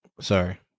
Sorry